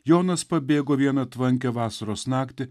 jonas pabėgo vieną tvankią vasaros naktį